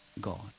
God